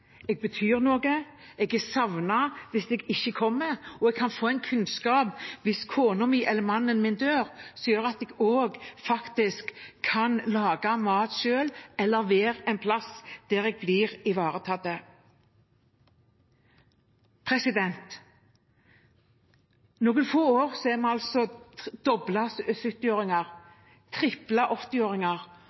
jeg betyr noe, jeg er savnet hvis jeg ikke kommer, og hvis kona mi eller mannen min dør, kan jeg få kunnskap som gjør at jeg kan lage mat selv eller være en plass der jeg blir ivaretatt. Om noen få år er vi altså